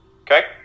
Okay